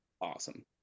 awesome